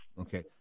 Okay